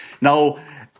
now